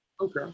Okay